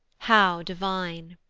how divine!